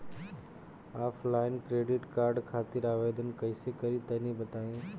Offline credit card खातिर आवेदन कइसे करि तनि बताई?